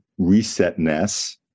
resetness